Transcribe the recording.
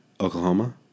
Oklahoma